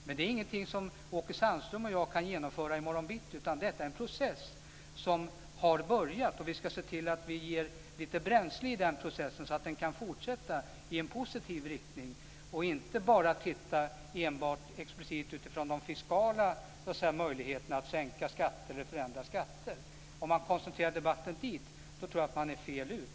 Men det är ingenting som Åke Sandström och jag kan genomföra i morgon bitti. Detta är en process som har börjat. Vi skall se till att vi ger lite bränsle till den processen så att den kan fortsätta i en positiv riktning. Vi skall inte enbart titta explicit utifrån de fiskala möjligheterna att sänka skatter eller förändra skatter. Jag tror att man är fel ute om man koncentrerar debatten dit.